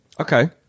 Okay